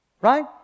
right